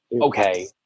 okay